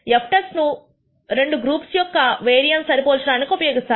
F test ను రెండు groups యొక్క వెరియాన్స్స్ సరి పోల్చడానికి ఉపయోగిస్తారు